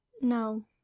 no